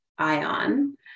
Ion